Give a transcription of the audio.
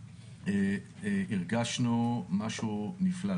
הרגשנו משהו נפלא.